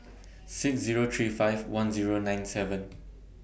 six Zero three five one Zero nine seven